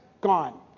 gone